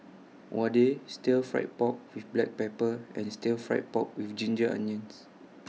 Vadai Stir Fry Pork with Black Pepper and Stir Fried Pork with Ginger Onions